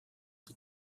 die